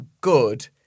good